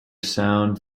sound